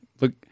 Look